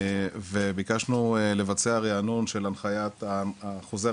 וביקשנו לבצע ריענון של הנחיית חוזר